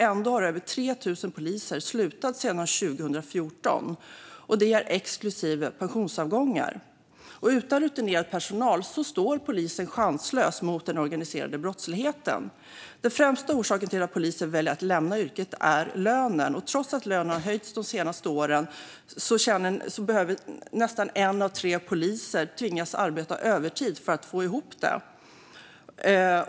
Ändå har över 3 000 slutat sedan 2014, och det är exklusive pensionsavgångar. Utan rutinerad personal står polisen chanslös mot den organiserade brottsligheten. Den främsta orsaken till att poliser väljer att lämna yrket är lönen. Trots att lönerna har höjts de senaste åren tvingas nästan en av tre poliser att arbeta övertid för att få ihop det.